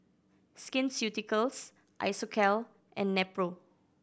Skin Ceuticals Isocal and Nepro